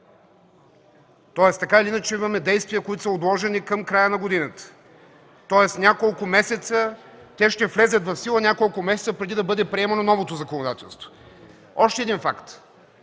Тоест така или иначе имаме действия, които са отложени към края на годината. Тоест те ще влязат в сила няколко месеца преди да бъде приемано новото законодателство. Още един факт